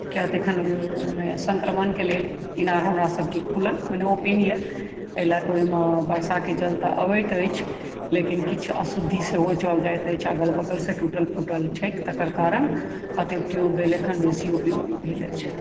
कियाक तऽ अखन ओहिमे सङ्क्रमण कऽ लेल इनार हमरासभके खुलल मतलब ओपेन यए एहि लए कऽ ओहिमे वर्षाक जल तऽ अबैत अछि लेकिन किछु अशुद्धि सेहो चलि जाइत अछि अगल बगलसँ टूटल फूटल छैक तकर कारण एतय ट्यूबवेल अखन बेसी उपयोगमे भेल अछि